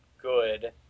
good